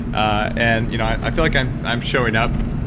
ah and you know i feel like i'm i'm showing up.